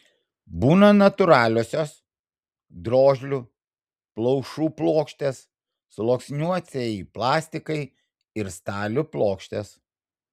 būna natūraliosios drožlių plaušų plokštės sluoksniuotieji plastikai ir stalių plokštės